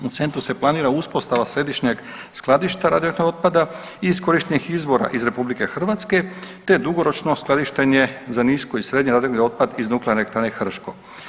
U centru se planira uspostava središnjeg skladišta radioaktivnog otpada i iskorištenih izvora iz RH, te dugoročno skladištenje za nisko i srednje radioaktivni otpad iz Nuklearne elektrane Krško.